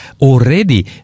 Already